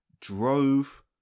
drove